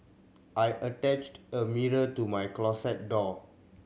I attached a mirror to my closet door